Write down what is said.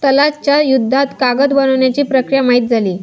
तलाश च्या युद्धात कागद बनवण्याची प्रक्रिया माहित झाली